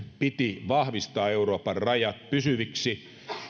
piti vahvistaa euroopan rajat pysyviksi